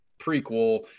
prequel